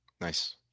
nice